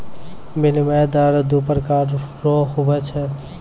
विनिमय दर दू प्रकार रो हुवै छै